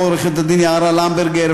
לעורכת-הדין יערה למברגר,